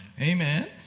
Amen